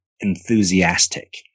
enthusiastic